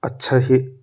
अच्छा ही